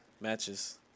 matches